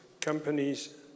companies